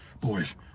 Boys